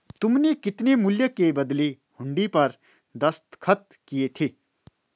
तुमने कितने मूल्य के बदले हुंडी पर दस्तखत किए थे?